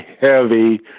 heavy